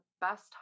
best